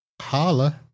holla